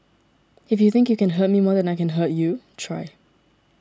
if you think you can hurt me more than I can hurt you try